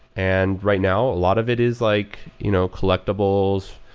and right now, a lot of it is like you know collectibles,